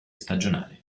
stagionale